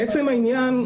לעצם העניין,